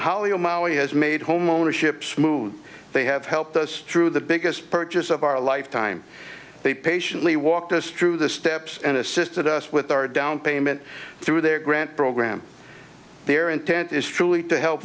maui has made homeownership smoot they have helped us through the biggest purchase of our lifetime they patiently walked us through the steps and assisted us with our down payment through their grant program their intent is truly to help